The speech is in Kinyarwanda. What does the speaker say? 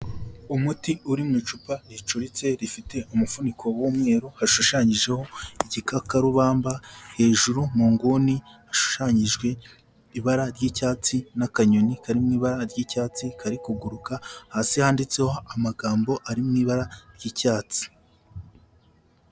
Umuti uri mu icupa ricuritse rifite umufuniko w'umweru hashushanyijeho igikakarubamba, hejuru mu nguni hashushanyijwe ibara ry'icyatsi n'akanyoni kari mu ibara ry'icyatsi kari kuguruka, hasi handitseho amagambo ari mu ibara ry'icyatsi.